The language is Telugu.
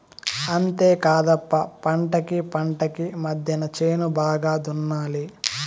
అంతేకాదప్ప పంటకీ పంటకీ మద్దెన చేను బాగా దున్నాలి